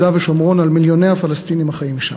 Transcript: ושומרון על מיליוני הפלסטינים החיים שם.